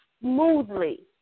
smoothly